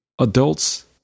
adults